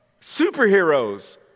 Superheroes